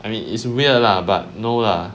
I mean is weird lah but no lah